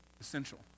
essential